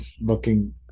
looking